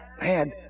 Man